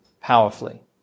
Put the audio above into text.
powerfully